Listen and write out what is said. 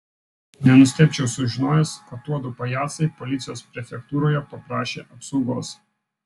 nenustebčiau sužinojęs kad tuodu pajacai policijos prefektūroje paprašė apsaugos